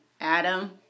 Adam